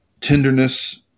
tenderness